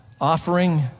offering